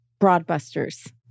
Broadbusters